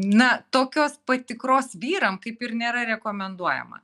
na tokios patikros vyram kaip ir nėra rekomenduojama